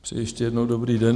Přeji ještě jednou dobrý den.